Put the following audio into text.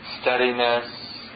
steadiness